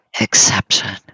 exception